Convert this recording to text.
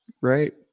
Right